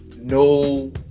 no